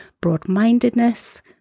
broad-mindedness